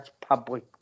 public